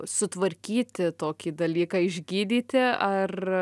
sutvarkyti tokį dalyką išgydyti ar